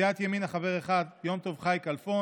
סיעת ימינה, חבר אחד, יום טוב חי כלפון,